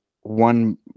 one